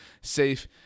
safe